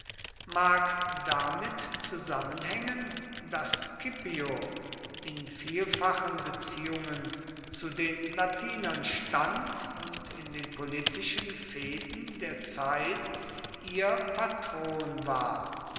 mag damit zusammenhängen daß scipio in vielfachen beziehungen zu den latinern stand und in den politischen fehden der zeit ihr patron war